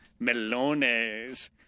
melones